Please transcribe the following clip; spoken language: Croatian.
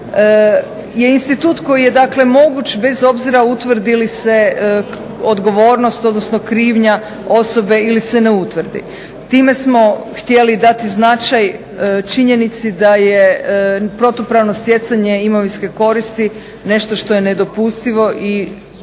je insitut koji je dakle moguć bez obzira utvrdi li se odgovornost, odnosno krivnja osobe ili se ne utvrdi. Time smo htjeli dati značaj činjenici da je protupravno stjecanje imovinske koristi nešto što je nedopustivo i